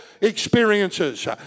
experiences